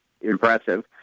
impressive